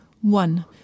One